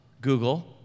Google